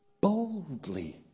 boldly